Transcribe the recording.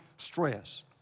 stress